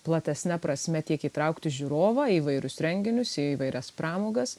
platesne prasme tiek įtraukti žiūrovą įvairius renginius į įvairias pramogas